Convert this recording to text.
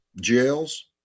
jails